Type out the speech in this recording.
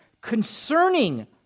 concerning